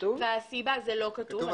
זה לא כתוב.